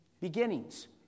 Beginnings